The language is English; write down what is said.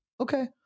Okay